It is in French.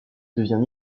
devient